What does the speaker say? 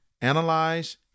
analyze